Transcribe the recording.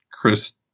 Chris